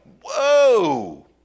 whoa